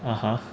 (uh huh)